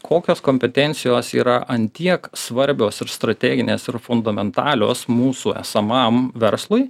kokios kompetencijos yra ant tiek svarbios ir strateginės ir fundamentalios mūsų esamam verslui